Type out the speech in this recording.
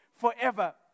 forever